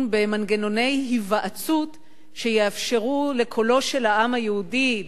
במנגנוני היוועצות שיאפשרו לקולו של העם היהודי,